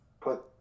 put